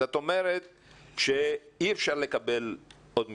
את אומרת שאי אפשר לקבל עוד מלגה.